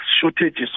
shortages